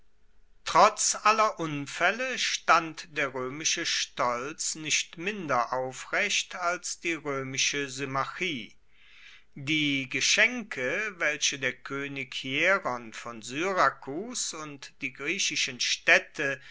trotz aller unfaelle stand der roemische stolz nicht minder aufrecht als die roemische symmachie die geschenke welche der koenig hieron von syrakus und die griechischen staedte